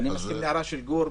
אני מסכים להערה של גור.